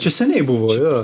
čia seniai buvo jo